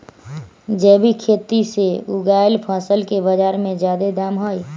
जैविक खेती से उगायल फसल के बाजार में जादे दाम हई